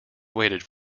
waited